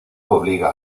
obliga